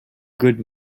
good